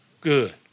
Good